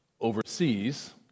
overseas